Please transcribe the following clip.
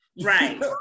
Right